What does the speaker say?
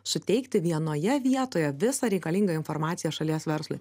suteikti vienoje vietoje visą reikalingą informaciją šalies verslui